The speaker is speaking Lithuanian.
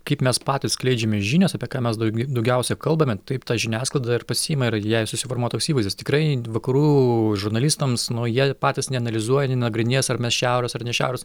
kaip mes patys skleidžiame žinios apie ką mes daugiau daugiausia kalbame taip ta žiniasklaida ir pasiima jei susiformuoja toks įvaizdis tikrai vakarų žurnalistams nu jie patys neanalizuoja nenagrinės ar mes šiaurės ar ne šiaurės